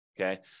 Okay